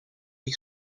die